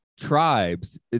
tribes